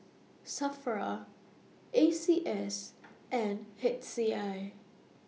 SAFRA A C S and H C I